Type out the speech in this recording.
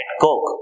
Coke